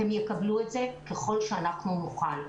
הם יקבלו את זה ככל שאנחנו נוכל,